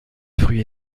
fruits